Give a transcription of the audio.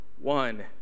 one